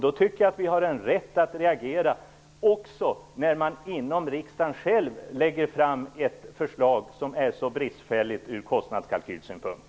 Då tycker jag att vi har rätt att reagera även när riksdagen själv lägger fram ett förslag som är så bristfälligt ur kostnadskalkylsynpunkt.